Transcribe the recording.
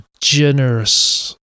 generous